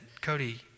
Cody